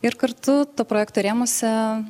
ir kartu to projekto rėmuose